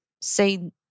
say